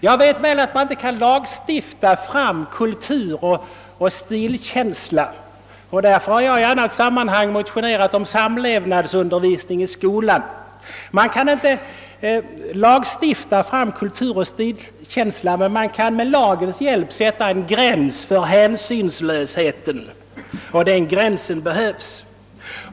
Jag vet väl att man inte kan lagstifta fram kultur och stilkänsla — därför har jag i annat sammanhang motionerat om samlevnadsundervisning i skolan — men man kan med lagens hjälp sätta en gräns för hänsynslösheten, och den gränsen behövs.